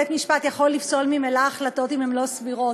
בית-משפט יכול לפסול ממילא החלטות אם הן לא סבירות.